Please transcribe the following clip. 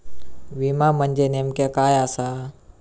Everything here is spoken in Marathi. विमा म्हणजे नेमक्या काय आसा?